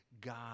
God